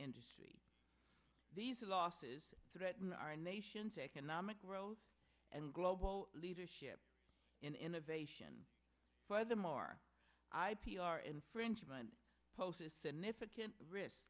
industry these are losses threaten our nation's economic growth and global leadership in innovation for the more i p r infringement poses significant risk